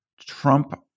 Trump